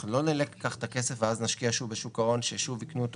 אנחנו לא ניקח את הכסף ואז נשקיע שוב בשוק ההון ששוב יקנו אותו